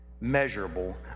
measurable